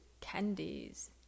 candies